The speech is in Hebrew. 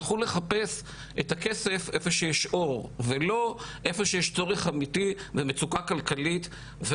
הלכו לחפש את הכסף איפה שיש אור ולא איפה שיש צורך אמתי ומצוקה כללית.